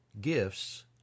gifts